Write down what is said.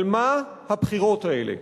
על מה הבחירות האלה?